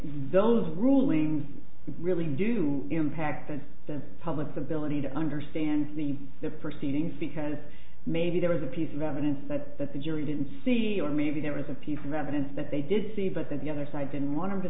those rulings really do impact on the public's ability to understand the the proceedings because maybe there was a piece of evidence that the jury didn't see or maybe there is a piece of evidence that they did see but then the other side then want